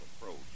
approach